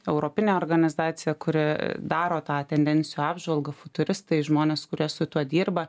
europinė organizacija kuri daro tą tendencijų apžvalgą futuristai žmonės kurie su tuo dirba